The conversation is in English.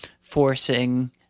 forcing